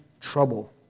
trouble